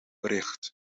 bericht